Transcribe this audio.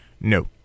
No